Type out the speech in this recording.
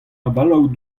avaloù